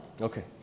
Okay